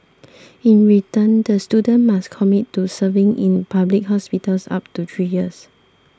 in return the students must commit to serving in public hospitals up to three years